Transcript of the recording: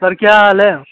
sir क्या हाल है